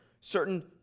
certain